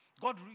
God